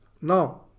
Now